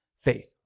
faith